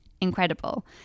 incredible